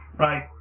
Right